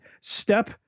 Step